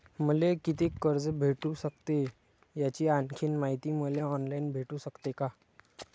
मले कितीक कर्ज भेटू सकते, याची आणखीन मायती मले ऑनलाईन भेटू सकते का?